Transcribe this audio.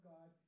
God